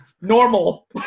normal